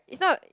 it's not